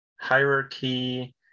hierarchy